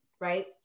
right